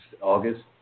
August